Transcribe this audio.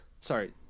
Sorry